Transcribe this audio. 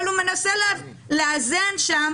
אבל הוא מנסה לאזן שם